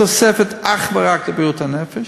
תוספת אך ורק לבריאות הנפש,